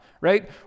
right